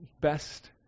best